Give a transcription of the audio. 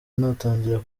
natangira